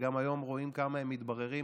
שגם היום רואים כמה הם מתבררים